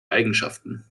eigenschaften